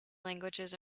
languages